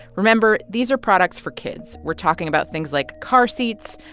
remember, these are products for kids. we're talking about things like car seats,